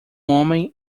homem